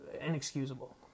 inexcusable